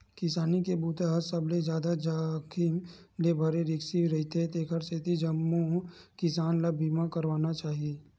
किसानी के बूता ह सबले जादा जाखिम ले भरे रिस्की रईथे तेखर सेती जम्मो किसान ल बीमा करवाना चाही